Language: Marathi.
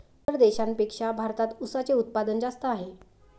इतर देशांपेक्षा भारतात उसाचे उत्पादन जास्त आहे